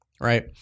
Right